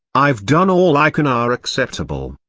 i've done all i can are acceptable.